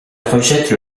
rejettent